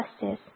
Justice